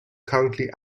currently